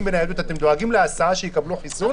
אתם דואגים להסעה כדי שיקבלו חיסון?